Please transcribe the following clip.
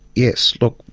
yes. look,